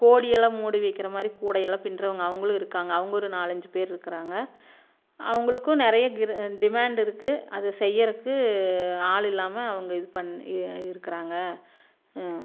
கோழியெல்லாம் மூடி வைக்கிற மாதிரி கூடையெல்லாம் பின்னுறவங்க அவங்களும் இருக்காங்க அவங்களும் ஒரு நாலு அஞ்சு பேர் இருக்கிறாங்க அவங்களுக்கும் நிறையா டிமாண்ட் இருக்கு அதை செய்யிறதுக்கு ஆள் இல்லாமல் அவங்க இது பண்ணி இருக்கிறாங்க